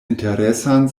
interesan